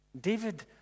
David